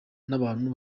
n’abantu